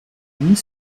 nient